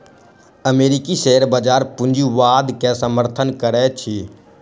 अमेरिकी शेयर बजार पूंजीवाद के समर्थन करैत अछि